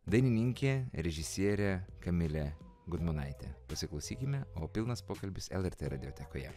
dainininkė režisierė kamilė gudmonaitė pasiklausykime o pilnas pokalbis lrt radiotekoje